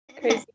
crazy